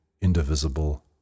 indivisible